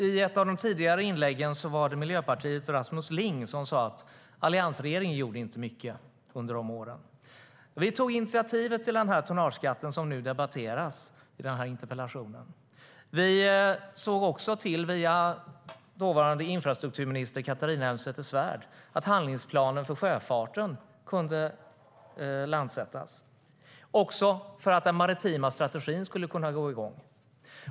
I ett av de tidigare inläggen sa Miljöpartiets Rasmus Ling att alliansregeringen inte gjorde mycket under sina år. Men vi tog initiativet till den tonnageskatt som vi nu debatterar. Via dåvarande infrastrukturminister Catharina Elmsäter-Svärd såg vi också till att handlingsplanen för sjöfarten kunde sjösättas, också för att den maritima strategin skulle kunna komma igång.